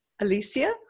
Alicia